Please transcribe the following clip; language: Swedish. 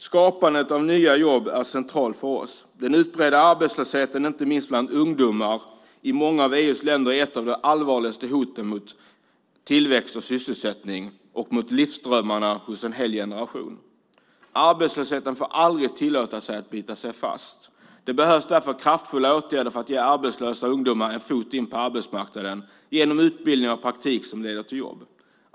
Skapandet av nya jobb är centralt för oss. Den utbredda arbetslösheten, inte minst bland ungdomar, i många av EU:s länder är ett av de allvarligaste hoten mot tillväxt och sysselsättning och mot livsdrömmarna hos en hel generation. Arbetslösheten får aldrig tillåtas bita sig fast. Det behövs därför kraftfulla åtgärder för att ge arbetslösa ungdomar en fot in på arbetsmarknaden genom utbildning och praktik som leder till jobb.